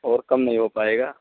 اور کم نہیں ہو پائے گا